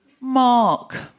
Mark